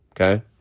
okay